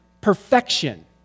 perfection